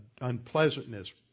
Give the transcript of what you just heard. unpleasantness